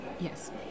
Yes